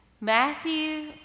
Matthew